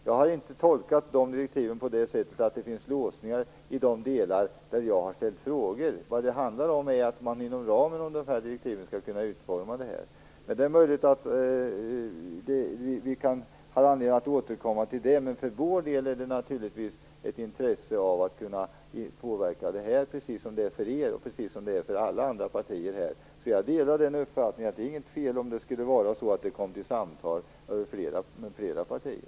Jag har inte tolkat direktiven på det sättet att det finns låsningar i de delar där jag har ställt frågor. Vad det handlar om är att man inom ramen för dessa direktiv skall kunna utforma ett förslag. Det är möjligt att vi har anledning att återkomma till detta, men för vår del, precis som för er och för alla andra partier, är det naturligtvis ett intresse att kunna påverka det här. Jag delar uppfattningen att det inte är något fel om det kom till stånd samtal med flera partier.